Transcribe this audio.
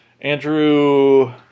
Andrew